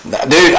Dude